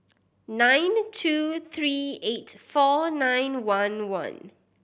nine two three eight four nine one one